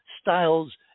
styles